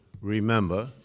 remember